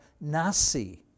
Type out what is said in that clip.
nasi